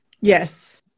Yes